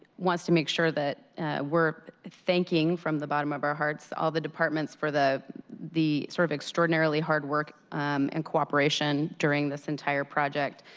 wants to make sure we're thanking from the bottom of our hearts, all the departments for the the sort of extraordinarily hard work and cooperation during this entire project.